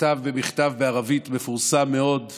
כתב במכתב מפורסם מאוד בערבית,